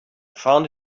found